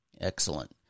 Excellent